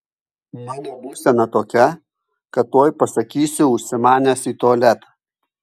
mano būsena tokia kad tuoj pasakysiu užsimanęs į tualetą